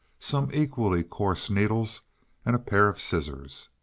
some equally coarse needles and a pair of scissors.